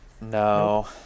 No